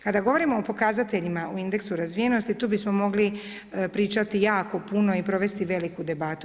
Kada govorimo o pokazateljima u indeksu razvijenosti tu bi smo mogli pričati jako puno i provesti veliku debatu.